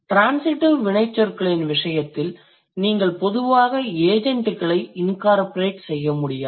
transitive வினைச்சொற்களின் விசயத்தில் நீங்கள் பொதுவாக ஏஜெண்ட்களை incorporate செய்யமுடியாது